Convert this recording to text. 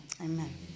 Amen